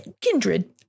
kindred